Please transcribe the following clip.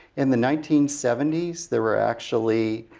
in the nineteen seventy s there were actually